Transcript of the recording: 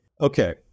Okay